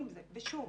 ושוב,